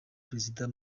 perezida